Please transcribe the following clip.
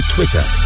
Twitter